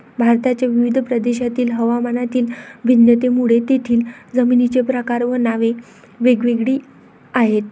भारताच्या विविध प्रदेशांतील हवामानातील भिन्नतेमुळे तेथील जमिनींचे प्रकार व नावे वेगवेगळी आहेत